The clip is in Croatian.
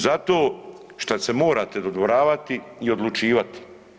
Zato šta se morate dodvoravati i odlučivati.